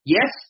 Yes